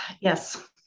Yes